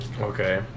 Okay